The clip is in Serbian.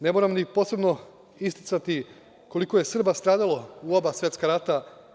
Ne moram ni posebno isticati koliko je Srba stradalo u oba svetska rata.